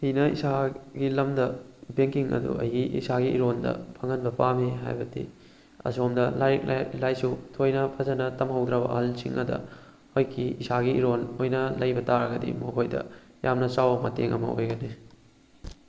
ꯑꯩꯅ ꯏꯁꯥꯒꯤ ꯂꯝꯗ ꯕꯦꯛꯀꯤꯡ ꯑꯗꯨ ꯑꯩꯒꯤ ꯏꯁꯥꯒꯤ ꯏꯔꯣꯟꯗ ꯐꯪꯍꯟꯕ ꯄꯥꯝꯃꯤ ꯍꯥꯏꯕꯗꯤ ꯑꯁꯣꯝꯗ ꯂꯥꯏꯔꯤꯛ ꯂꯥꯏꯁꯨ ꯊꯣꯏꯅ ꯐꯖꯅ ꯇꯝꯍꯧꯗ꯭ꯔꯕ ꯑꯍꯜꯁꯤꯡꯗ ꯍꯣꯏꯀꯤ ꯏꯁꯥꯒꯤ ꯏꯔꯣꯟ ꯑꯣꯏꯅ ꯂꯩꯕ ꯇꯥꯔꯒꯗꯤ ꯃꯈꯣꯏꯗ ꯌꯥꯝꯅ ꯆꯥꯎꯕ ꯃꯇꯦꯡ ꯑꯃ ꯑꯣꯏꯒꯅꯤ